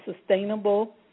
sustainable